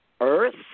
earth